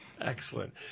Excellent